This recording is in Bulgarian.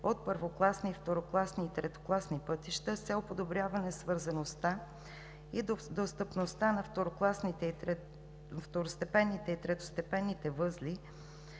от първокласни, второкласни и третокласни пътища с цел подобряване свързаността и достъпността на второстепенните и третостепенните възли